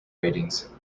ratings